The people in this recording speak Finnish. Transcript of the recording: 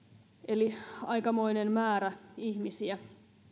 eli aikamoinen määrä ihmisiä